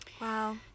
Wow